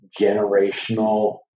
generational